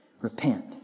repent